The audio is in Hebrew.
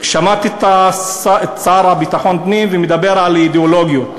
שמעתי את השר לביטחון פנים מדבר על אידיאולוגיות.